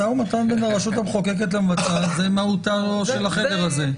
משא ומתן בין הרשות המחוקקת למבצעת זה מהותו של החדר הזה.